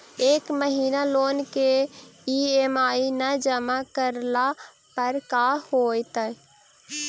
एक महिना लोन के ई.एम.आई न जमा करला पर का होतइ?